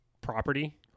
property